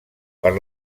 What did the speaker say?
per